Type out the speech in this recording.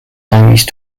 siamese